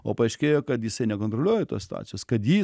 o paaiškėja kad jisai nekontroliuoja tos situacijos kad jį